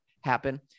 happen